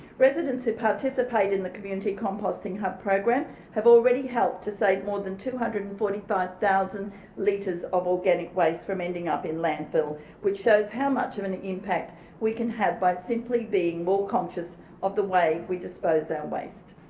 residents who participate in the community composting hub program have already helped to save more than two hundred and forty five thousand litres of organic waste from ending up in landfill which shows how much of an impact we can have by simply being more conscious of the way we dispose our waste.